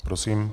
Prosím.